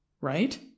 right